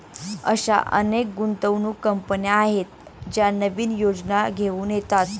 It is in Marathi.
अशा अनेक गुंतवणूक कंपन्या आहेत ज्या नवीन योजना घेऊन येतात